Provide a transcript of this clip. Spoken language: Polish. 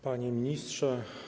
Panie Ministrze!